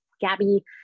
Gabby